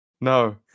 No